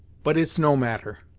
but it's no matter.